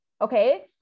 okay